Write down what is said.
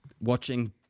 watching